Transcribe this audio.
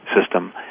system